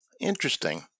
Interesting